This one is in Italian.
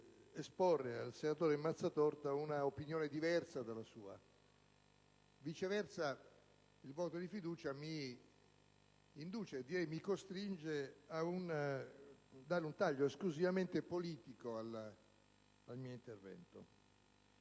esporre al senatore Mazzatorta un'opinione diversa dalla sua. Viceversa, il voto di fiducia mi induce (direi mi costringe) a dare un taglio esclusivamente politico al mio intervento.